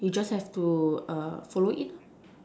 you just have to follow it